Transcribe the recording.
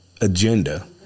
agenda